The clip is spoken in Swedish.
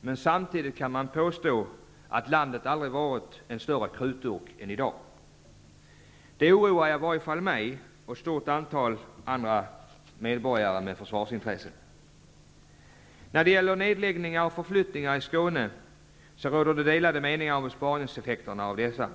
men kan man samtidigt påstå att landet aldrig varit en större krutdurk än i dag. Det oroar i alla fall mig och ett stort antal andra medborgare med försvarsintresse. När det gäller nedläggningarna och förflyttningarna i Skåne råder det delade meningar om besparingseffekterna av dessa.